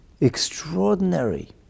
extraordinary